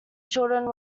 children